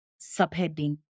subheading